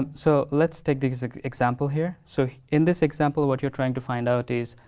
and so, let's take the example here. so, in this example, what you're trying to find out is,